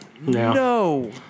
no